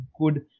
good